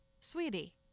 sweetie